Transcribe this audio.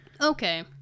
Okay